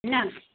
என்ன